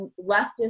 leftist